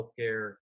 healthcare